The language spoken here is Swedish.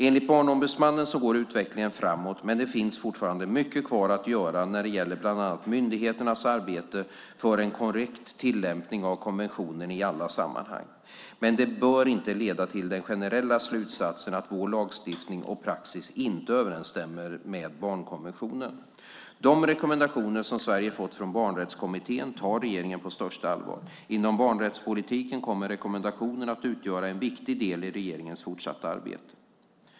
Enligt Barnombudsmannen går utvecklingen framåt, men det finns fortfarande mycket kvar att göra när det gäller bland annat myndigheternas arbete för en korrekt tillämpning av konventionen i alla sammanhang. Men det bör inte leda till den generella slutsatsen att vår lagstiftning och praxis inte överensstämmer med barnkonventionen. Regeringen tar de rekommendationer som Sverige har fått från Barnrättskommittén på största allvar. Inom barnrättspolitiken kommer rekommendationerna att utgöra en viktig del i regeringens fortsatta arbete.